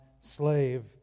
slave